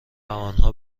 آنها